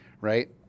right